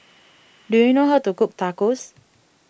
do you know how to cook Tacos